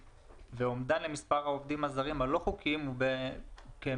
והאומדן למספר העובדים הזרים הלא חוקיים הוא כ-118,000.